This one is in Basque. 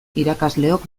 irakasleok